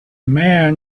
man